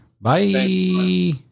Bye